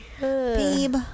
babe